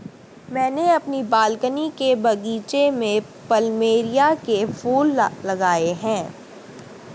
मैंने अपने बालकनी के बगीचे में प्लमेरिया के फूल लगाए हैं